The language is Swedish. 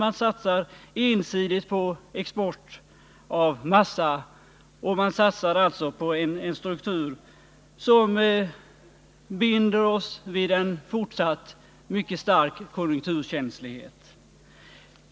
Man satsar ensidigt på export av ma som binder oss vid en fortsatt mycket stark konjunkturkänslighet.